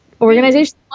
organization